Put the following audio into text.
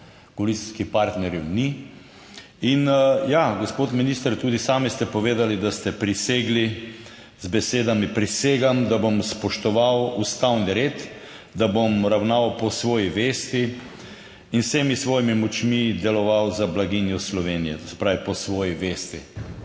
koalicijskih partnerjev ni. In ja, gospod minister, tudi sami ste povedali, da ste prisegli z besedami: "Prisegam, da bom spoštoval ustavni red, da bom ravnal po svoji vesti in z vsemi svojimi močmi deloval za blaginjo Slovenije", to se pravi po svoji vesti.